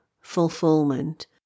fulfillment